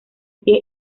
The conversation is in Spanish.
pie